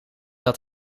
dat